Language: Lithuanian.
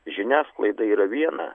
žiniasklaida yra viena